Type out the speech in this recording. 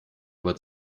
aber